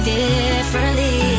differently